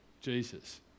Jesus